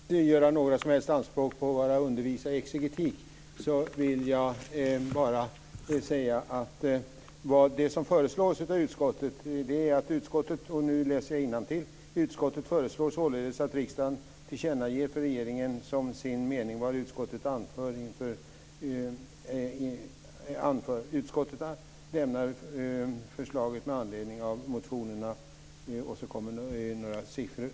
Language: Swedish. Fru talman! Utan att göra några som helst anspråk på att undervisa i exegetik vill jag säga följande. Det som föreslås av utskottet är att riksdagen tillkännager för regeringen som sin mening vad utskottet anför. Utskottet lämnar förslaget med anledning av motionerna 2000 01:Bo303.